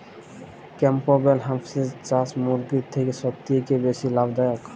Campbell হাঁসের চাষ মুরগির থেকে সত্যিই কি বেশি লাভ দায়ক?